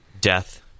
death